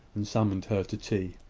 and summoned her to tea.